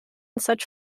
such